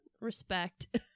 respect